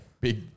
big